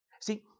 See